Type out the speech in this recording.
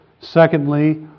secondly